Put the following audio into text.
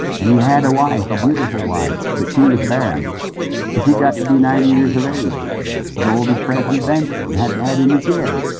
and he had a wife, a beautiful wife, but she was barren, and she got to be ninety years of age as old as president benson and hadn't had any kids.